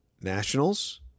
Nationals